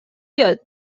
یاد